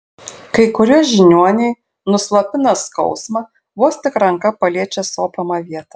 kai kurie žiniuoniai nuslopina skausmą vos tik ranka paliečia sopamą vietą